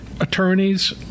attorneys